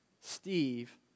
Steve